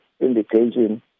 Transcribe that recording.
indication